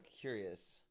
curious